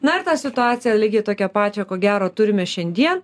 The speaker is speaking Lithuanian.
na ir tą situaciją lygiai tokią pačią ko gero turime šiandien